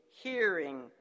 hearing